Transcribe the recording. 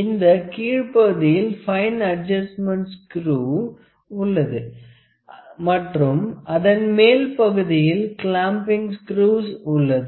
இந்த கீழ்ப்பகுதியில் fine adjustments screw உள்ளது மற்றும் அதன் மேல் பகுதியில் கிளாம்பிங் ஸ்குருவ்ஸ் உள்ளது